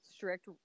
strict